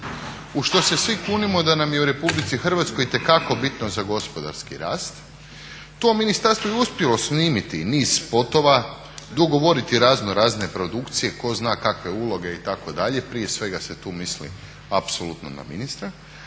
u što se svi kunemo da nam je u RH itekako bitno za gospodarski rast. to ministarstvo je uspjelo snimiti niz spotova, dogovoriti raznorazne produkcije, tko zna kakve uloge itd. prije svega se tu misli apsolutno na ministra,